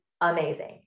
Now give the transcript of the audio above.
Amazing